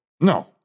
No